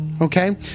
Okay